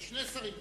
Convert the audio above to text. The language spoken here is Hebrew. לשני השרים לשעבר,